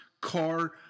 car